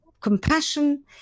compassion